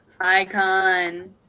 Icon